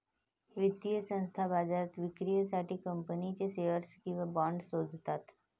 वित्तीय संस्था बाजारात विक्रीसाठी कंपनीचे शेअर्स किंवा बाँड शोधतात